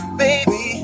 baby